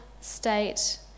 state